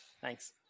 Thanks